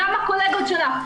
גם הקולגות שלך,